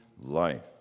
life